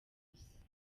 gusa